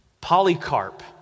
Polycarp